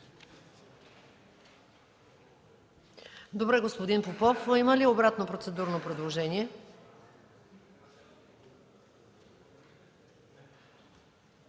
Добре, господин Попов. Има ли обратно процедурно предложение?